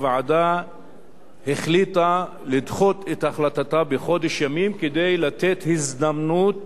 הוועדה החליטה לדחות את החלטתה בחודש ימים כדי לתת הזדמנות